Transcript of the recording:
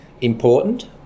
important